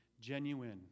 genuine